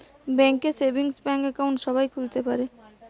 bank এ savings bank account সবাই খুলতে পারে